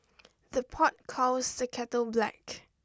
the pot calls the kettle black